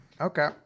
Okay